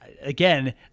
again